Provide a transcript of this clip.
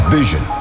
vision